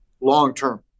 long-term